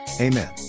Amen